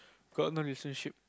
got no relationship